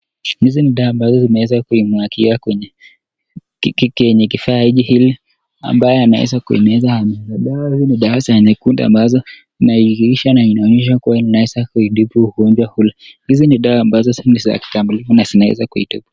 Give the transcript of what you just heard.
Hizi ni dawa ambazo zimeezankumwagiwa kwenye kifaa ili ambaye anaweza kuimeza madawa hii, hizi ni dawa za nyekundu ambazo inadhihirisha na inaonyesha kuwa inaonyesha kuitibu ugonjwa ule, hizi ni dawa ni za ubunifu na zinaweza kitibu.